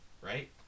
right